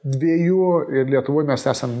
dviejų ir lietuvoj mes esam